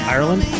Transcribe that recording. Ireland